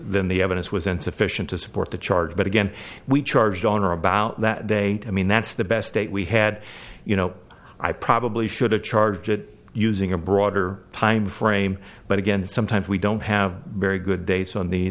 then the evidence was insufficient to support the charge but again we charged on or about that date i mean that's the best date we had you know i probably should have charged it using a broader timeframe but again sometimes we don't have very good da